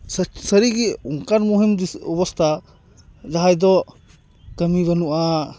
ᱥᱟᱠ ᱥᱟᱨᱤᱜᱮ ᱚᱱᱠᱟᱱ ᱢᱩᱦᱤᱢ ᱫᱤᱥᱟᱹ ᱚᱵᱚᱥᱛᱟ ᱡᱟᱦᱟᱸᱭ ᱫᱚ ᱠᱟᱹᱢᱤ ᱵᱟᱹᱱᱩᱜᱼᱟ